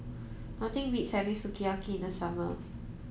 nothing beats having Sukiyaki in the summer